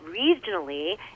regionally